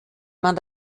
man